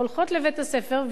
הולכות לבית-הספר,